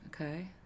Okay